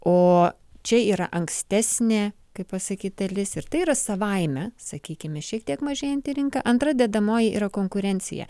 o čia yra ankstesnė kaip pasakyti dalis ir tai yra savaime sakykim šiek tiek mažėjanti rinka antra dedamoji yra konkurencija